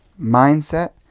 mindset